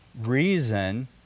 reason